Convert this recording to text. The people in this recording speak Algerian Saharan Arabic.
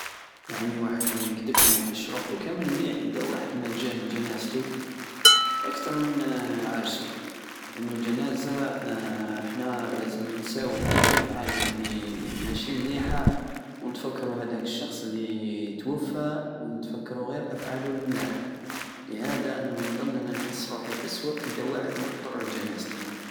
يعني واحد مايكدبش مايحسش روحو كامل مليح ادا واحد ماجاه لجانازتو اكتر من عرسو لانو الجنازة حنا لازم ننساو كل الافعال الي ماشي مليحة ونتفطرو خداك الشخص تاي توفى ونتفكرو غير افعالو المليحة لهدا انا نحس روحي اسوء ادا واحد ماحضر لجنازتي